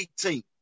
18